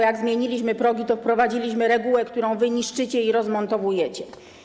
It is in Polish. Jak zmieniliśmy progi, to wprowadziliśmy regułę, którą wy niszczycie i rozmontowujecie.